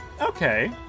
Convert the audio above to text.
Okay